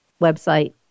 website